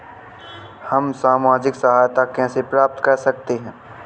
हम सामाजिक सहायता कैसे प्राप्त कर सकते हैं?